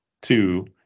two